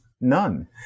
none